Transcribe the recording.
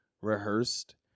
rehearsed